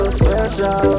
special